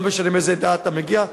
שלא משנה מאיזו עדה אתה מגיע,